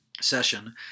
session